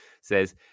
says